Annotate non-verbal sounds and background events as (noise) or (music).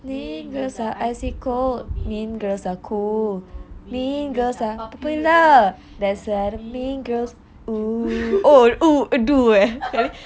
mean girls are icy cold mean girls are cool mean girls are popular that's what mean girls do (laughs)